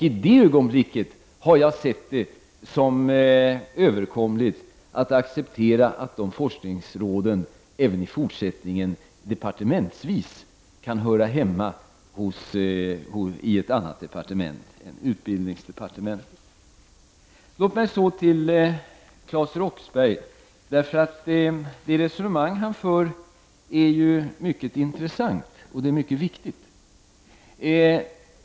I det avseendet har jag sett som överkomligt att acceptera att forskningsråden även i fortsättningen departementsvis kan höra hemma i annat departement än utbildningsdepartementet. Låt mig sedan vända mig till Claes Roxbergh, eftersom det resonemang som han för är mycket intressant och mycket viktigt.